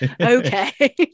okay